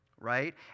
right